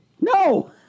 No